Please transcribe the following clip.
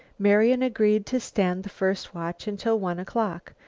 marian agreed to stand the first watch until one o'clock,